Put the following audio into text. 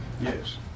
yes